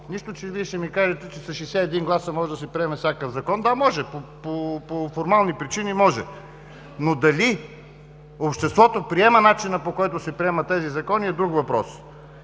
нищо че Вие ще ми кажете, че с 61 гласа може да се приеме всякакъв закон. Да, може – по формални причини може, но дали обществото приема начина, по който се приемат тези закони, е друг въпрос.